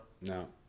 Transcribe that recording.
No